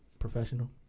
professional